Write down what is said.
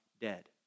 dead